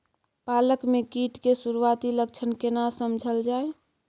पालक में कीट के सुरआती लक्षण केना समझल जाय?